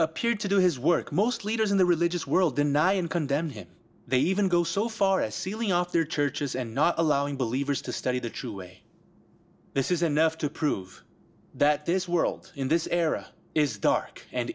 appeared to do his work most leaders in the religious world deny and condemn him they even go so far as sealing off their churches and not allowing believers to study the true way this is enough to prove that this world in this era is dark and